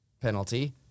Penalty